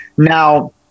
Now